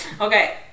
Okay